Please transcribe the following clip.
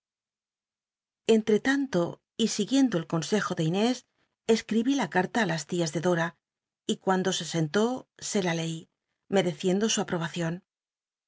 entretan to y siguiendo el consejo de inés escribí la car'la ü las tías de dora y cu ndo se sentó se la leí mereciendo su aprobacion